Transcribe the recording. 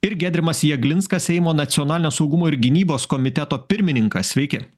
ir giedrimas jeglinskas seimo nacionalinio saugumo ir gynybos komiteto pirmininkas sveiki